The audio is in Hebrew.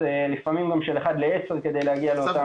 של לפעמים אחד לעשר כדי להגיע לאותם --- אסף,